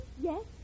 Yes